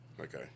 okay